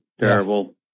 Terrible